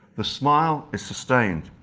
the smile is sustained,